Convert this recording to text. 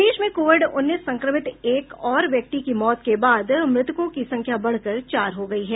प्रदेश में कोविड उन्नीस संक्रमित एक और व्यक्ति की मौत के बाद मृतकों की संख्या बढ़कर चार हो गयी है